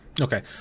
Okay